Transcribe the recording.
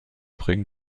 bringen